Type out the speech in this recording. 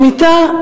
השמיטה,